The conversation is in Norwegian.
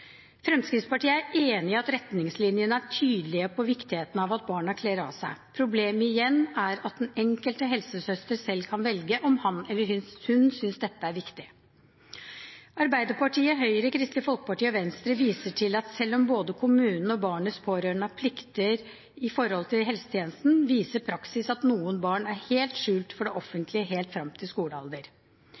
Fremskrittspartiet er enig i at retningslinjene er tydelige på viktigheten av at barna kler av seg. Problemet igjen er at den enkelte helsesøster selv kan velge om han eller hun synes dette er viktig. Arbeiderpartiet, Høyre, Kristelig Folkeparti og Venstre viser til at selv om både kommunen og barnets pårørende har plikter i forhold til helsetjenesten, viser praksis at noen barn er helt skjult for det offentlige helt frem til skolealder.